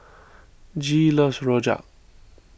Gee loves Rojak